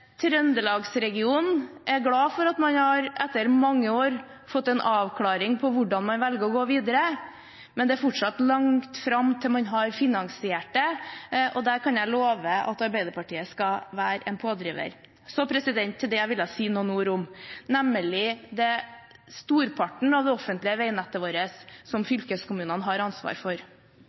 Trøndelagsregionen er glad for at man, etter mange år, har fått en avklaring på hvordan man velger å gå videre, men det er fortsatt langt fram til man har finansiert det, og der kan jeg love at Arbeiderpartiet skal være en pådriver. Så til det jeg ville si noen ord om, nemlig storparten av det offentlige veinettet vårt, som fylkeskommunene har ansvaret for: